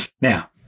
Now